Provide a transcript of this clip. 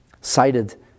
cited